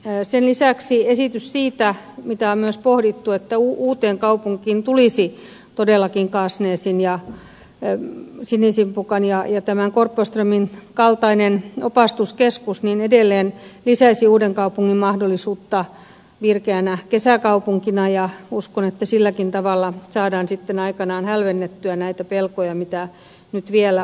sen lisäksi esitys siitä mitä on myös pohdittu että jos uuteenkaupunkiin tulisi todellakin kasnäsin sinisimpukan ja tämän korpoströmin kaltainen opastuskeskus niin se edelleen lisäisi uudenkaupungin mahdollisuutta virkeänä kesäkaupunkina ja uskon että silläkin tavalla saadaan sitten aikanaan hälvennettyä näitä pelkoja mitä nyt vielä on